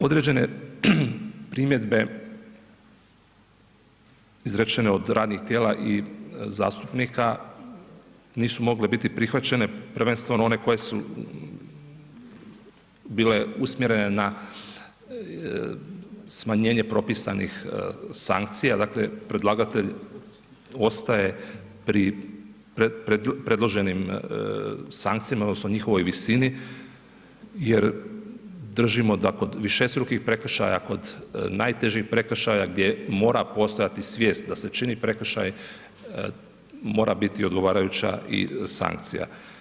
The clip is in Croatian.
Određene primjedbe izrečene od radnih tijela i zastupnika nisu mogle biti prihvaćene, prvenstveno one koje su bile usmjerene na smanjenje propisanih sankcija, dakle predlagatelj ostaje pri predloženim sankcijama odnosno njihovoj visini jer držimo da kod višestrukih prekršaja, kod najtežih prekršaja gdje mora postojati svijest da se čini prekršaj mora biti odgovarajuća i sankcija.